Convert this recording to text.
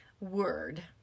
word